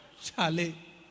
Charlie